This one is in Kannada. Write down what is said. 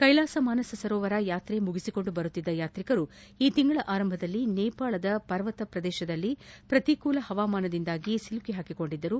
ಕೈಲಾಸ ಮಾನಸ ಸರೋವರ ಯಾತ್ರೆ ಮುಗಿಸಿಕೊಂಡು ಬರುತ್ತಿದ್ದ ಯಾತ್ರಿಕರು ಈ ತಿಂಗಳ ಆರಂಭದಲ್ಲಿ ನೇಪಾಳದ ಪರ್ವತ ಪ್ರದೇಶದಲ್ಲಿ ಪ್ರತಿಕೂಲ ಪವಾಮಾನದಿಂದಾಗಿ ಸಿಲುಕಿಹಾಕಿಕೊಂಡಿದ್ದರು